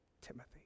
Timothy